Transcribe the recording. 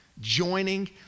joining